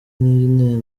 niyo